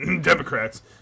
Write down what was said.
Democrats